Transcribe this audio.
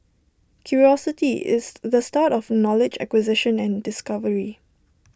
curiosity is the start of knowledge acquisition and discovery